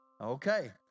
Okay